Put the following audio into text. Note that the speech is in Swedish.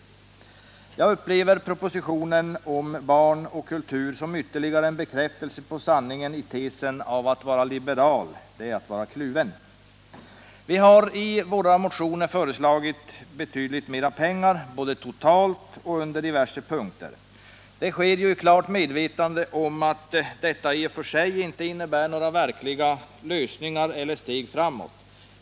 Jag upplever propositionen om barn och kultur som ytterligare en bekräftelse på sanningen i tesen ”att vara liberal är att vara kluven”. Vi har i våra motioner föreslagit betydligt mer pengar, både totalt och under diverse punkter. Det sker i klart medvetande om att detta i och för sig inte innebär några verkliga lösningar eller steg framåt.